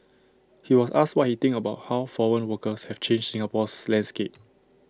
he was asked what he thinks about how foreign workers have changed Singapore's landscape